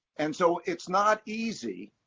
and so it's not easy